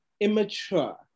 immature